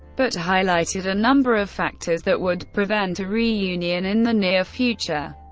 but highlighted a number of factors that would prevent a reunion in the near future.